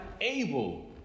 able